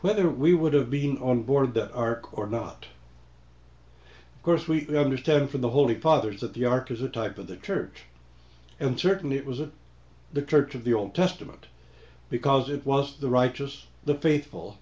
whether we would have been on board that arc or not of course we understand from the holy fathers that the ark is a type of the church and certainly it was the church of the old testament because it was the righteous the faithful